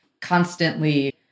constantly